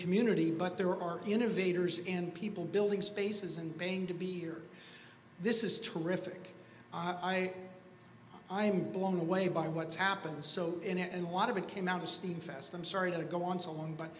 community but there are innovators and people building spaces and paying to be here this is terrific i am blown away by what's happened so in and lot of it came out of steam fast i'm sorry to go on so long but